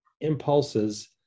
impulses